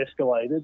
escalated